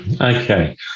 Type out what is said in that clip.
Okay